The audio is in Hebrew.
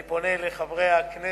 אני פונה אל חברי הכנסת,